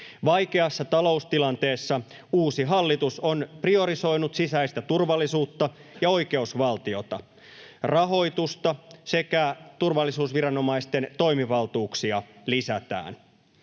Vaikeassa taloustilanteessa uusi hallitus on priorisoinut sisäistä turvallisuutta ja oikeusvaltiota. Rahoitusta sekä turvallisuusviranomaisten toimivaltuuksia lisätään.